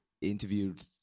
interviewed